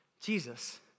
Jesus